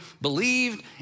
believed